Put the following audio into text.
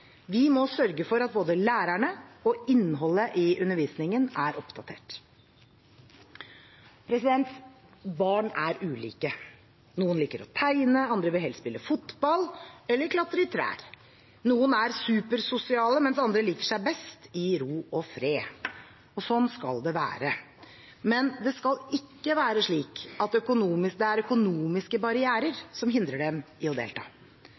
Vi må sørge for at både lærerne og innholdet i undervisningen er oppdatert. Barn er ulike – noen liker å tegne, andre vil helst spille fotball eller klatre i trær. Noen er supersosiale, mens andre liker seg best i ro og fred. Slik skal det være. Men det skal ikke være slik at det er økonomiske barrierer som hindrer dem fra å delta.